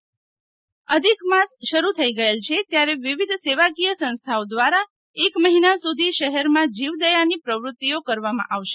શીતલ વૈશ્નવ અધિક માસ શરુ થઇ ગયેલ છે ત્યારે વિવિધ સેવાકીય સંસ્થાઓ દ્વારા એક અહીના સુધી શહેરમાં જીવદયાની પ્રવૃત્તિઓ કરવામાં આવશે